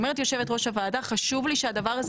אומרת יושבת ראש הוועדה חשוב לי שהדבר הזה